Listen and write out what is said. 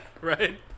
Right